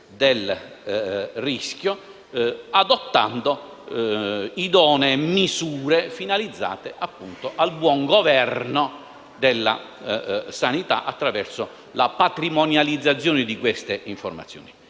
del rischio, adottando idonee misure, finalizzate al buon governo della sanità, attraverso la patrimonializzazione di queste informazioni.